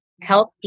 health